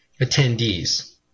attendees